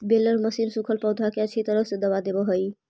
baler machine सूखल पौधा के अच्छी तरह से दबा देवऽ हई